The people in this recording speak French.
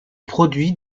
produits